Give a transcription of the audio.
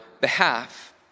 behalf